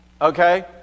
okay